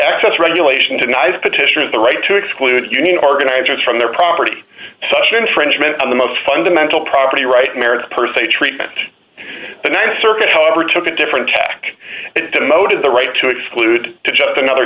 access regulation denies petitioners the right to exclude union organizers from their property such infringement on the most fundamental property right merits per se treatment the th circuit however took a different tack demoted the right to exclude to just another